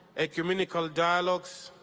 ecumenical dialogues,